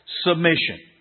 submission